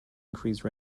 increase